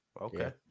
Okay